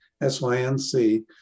S-Y-N-C